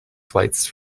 flights